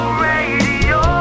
radio